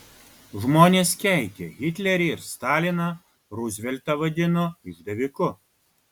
žmonės keikė hitlerį ir staliną ruzveltą vadino išdaviku